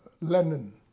Lenin